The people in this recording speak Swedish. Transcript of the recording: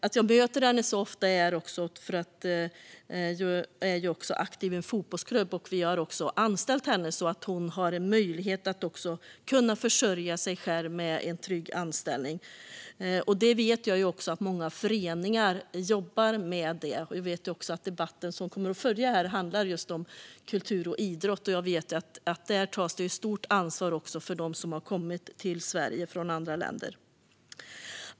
Att jag möter henne så ofta beror på att jag är aktiv i en fotbollsklubb, och vi har anställt henne så att hon ska ha en möjlighet att försörja sig själv med en trygg anställning. Jag vet också att många föreningar jobbar med det. Debatten som kommer att följa här handlar just om kultur och idrott, och jag vet att man där tar stort ansvar för dem som har kommit till Sverige från andra länder.